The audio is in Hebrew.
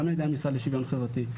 גם על-ידי המשרד לשוויון חברתי,